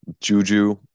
Juju